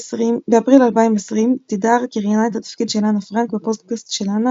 באפריל 2020 תדהר קריינה את התפקיד של אנה פרנק ב"פודקאסט של אנה"